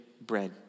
bread